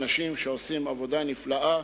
אנשים שעושים עבודה נפלאה,